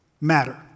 matter